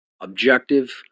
objective